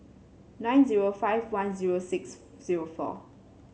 nine zero five one zero six zero four